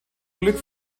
glück